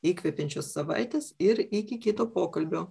įkvepiančios savaitės ir iki kito pokalbio